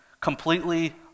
completely